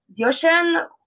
ocean